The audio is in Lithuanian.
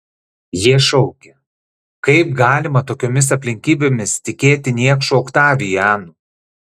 jie šaukė kaip galima tokiomis aplinkybėmis tikėti niekšu oktavianu